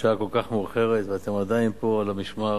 שעה כל כך מאוחרת, ואתם עדיין פה על המשמר.